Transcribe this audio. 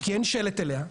כי אין שלט אליה,